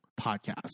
podcast